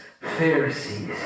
Pharisees